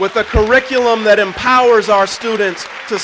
with the curriculum that empowers our students to